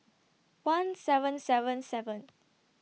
one seven seven seven